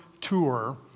tour